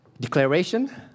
Declaration